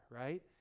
right